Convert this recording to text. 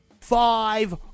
five